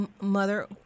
Mother